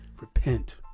Repent